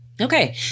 okay